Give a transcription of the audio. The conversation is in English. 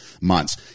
months